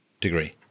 degree